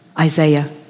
Isaiah